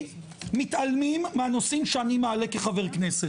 מתעלמים מהנושאים שאני מעלה כחבר כנסת.